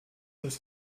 das